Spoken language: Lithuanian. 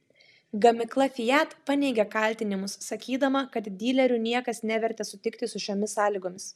gamykla fiat paneigė kaltinimus sakydama kad dilerių niekas nevertė sutikti su šiomis sąlygomis